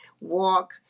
walk